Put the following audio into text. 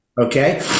Okay